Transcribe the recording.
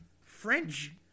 French